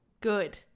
Good